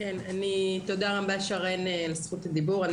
תודה רבה שרן על זכות הדיבור.